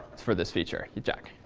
for this feature? jack?